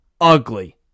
ugly